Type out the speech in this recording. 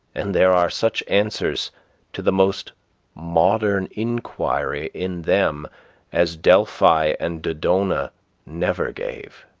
and there are such answers to the most modern inquiry in them as delphi and dodona never gave.